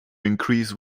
increase